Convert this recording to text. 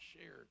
shared